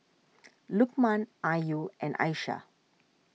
Lukman Ayu and Aishah